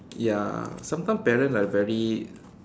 ya sometimes parent are very